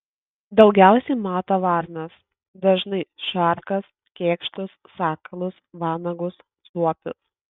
daugiausiai mato varnas dažnai šarkas kėkštus sakalus vanagus suopius